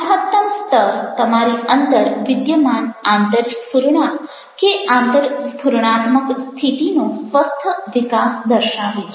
મહત્તમ સ્તર તમારી અંદર વિદ્યમાન આંતરસ્ફુરણા કે આંતરસ્ફુરણાત્મક સ્થિતિનો સ્વસ્થ વિકાસ દર્શાવે છે